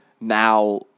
now